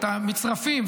ואת המצרפים,